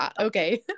okay